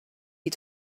you